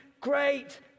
great